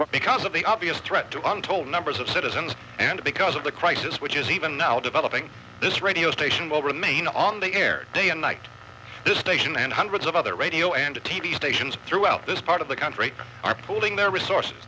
if because of the obvious threat to untold numbers of citizens and because of the crisis which is even now developing this radio station will remain on the air day and night the station and hundreds of other radio and t v stations throughout this part of the country are pooling their resources